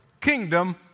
kingdom